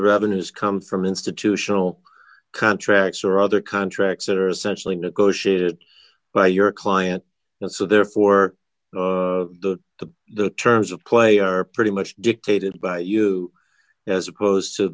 the revenues come from institutional contracts or other contracts that are essentially negotiated by your client and so therefore the the terms of clay are pretty much dictated by you as opposed to